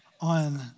on